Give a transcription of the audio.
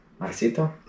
marcito